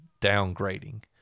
downgrading